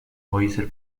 häuser